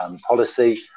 policy